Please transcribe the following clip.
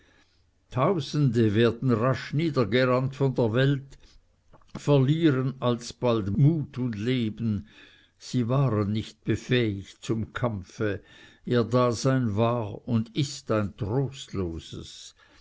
tausende werden rasch niedergerannt von der welt verlieren alsbald mut und leben sie waren nicht befähigt zum kampfe ihr dasein war und ist ein trostloses